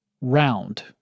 round